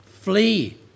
Flee